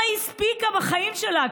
מה היא הספיקה בחיים שלה?